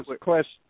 Question